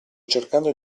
cercando